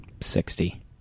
Sixty